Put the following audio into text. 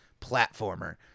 platformer